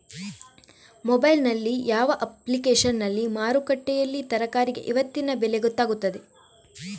Mobile ನಲ್ಲಿ ಯಾವ ಅಪ್ಲಿಕೇಶನ್ನಲ್ಲಿ ಮಾರುಕಟ್ಟೆಯಲ್ಲಿ ತರಕಾರಿಗೆ ಇವತ್ತಿನ ಬೆಲೆ ಗೊತ್ತಾಗುತ್ತದೆ?